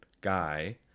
guy